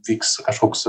vyks kažkoks